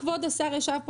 ישב פה כבוד השר ואמר,